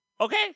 Okay